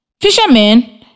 Fishermen